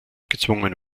gezwungen